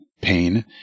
pain